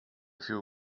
few